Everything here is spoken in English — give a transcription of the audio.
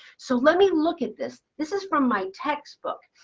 so let me look at this. this is from my textbook.